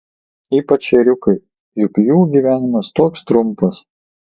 ypač ėriukai juk jų gyvenimas toks trumpas